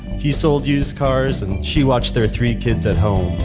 he sold used cars and she watched their three kids at home,